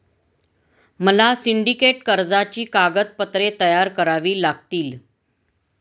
मला सिंडिकेट कर्जाची कागदपत्रे तयार करावी लागतील